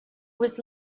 was